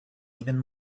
even